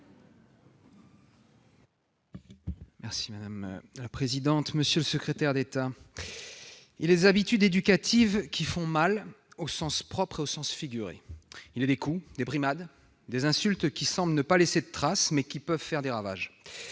Madame la présidente, monsieur le secrétaire d'État, mes chers collègues, il est des « habitudes éducatives » qui font mal, au sens propre comme au sens figuré. Il est des coups, des brimades, des insultes qui semblent ne pas laisser de traces, mais qui peuvent faire des ravages.